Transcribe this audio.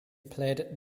played